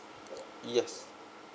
yes